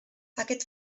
aquest